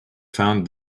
found